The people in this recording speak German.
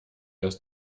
das